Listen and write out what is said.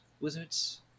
wizards